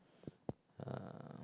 uh